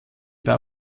war